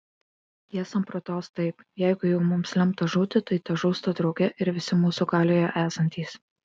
jie samprotaus taip jeigu jau mums lemta žūti tai težūsta drauge ir visi mūsų galioje esantys